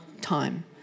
time